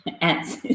ants